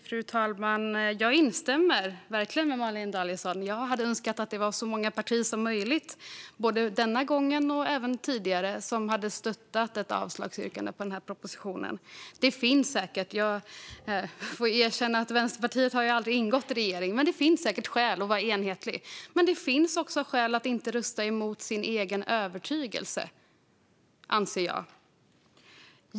Fru talman! Jag instämmer med Malin Danielsson. Jag skulle ha önskat att så många partier som möjligt hade stöttat ett avslagsyrkande på propositionen både förra gången detta var uppe i riksdagen och nu. Jag får erkänna att Vänsterpartiet aldrig har ingått i någon regering, men det finns säkert skäl för en regering att vara enhetlig. Men det finns också skäl att inte rösta emot sin egen övertygelse, anser jag.